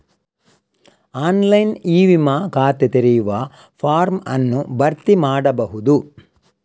online ಇ ವಿಮಾ ಖಾತೆ ತೆರೆಯುವ ಫಾರ್ಮ್ ಅನ್ನು ಭರ್ತಿ ಮಾಡಬಹುದು